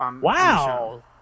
wow